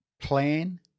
Plan